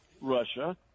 Russia